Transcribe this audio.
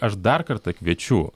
aš dar kartą kviečiu